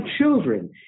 children